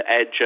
edge